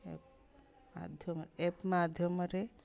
app ମାଧ୍ୟମ app ମାଧ୍ୟମରେ